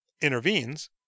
intervenes